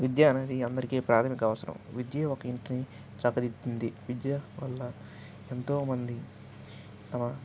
విద్య అనేది అందరికీ ప్రాథమిక అవసరం విద్య ఒక ఇంటిని చక్కదిద్దుతుంది విద్య వల్ల ఎంతో మంది తమ